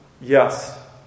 Yes